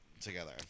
together